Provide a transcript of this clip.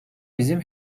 bizim